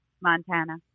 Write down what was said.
Montana